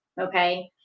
Okay